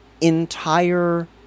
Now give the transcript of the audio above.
entire